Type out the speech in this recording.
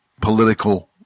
political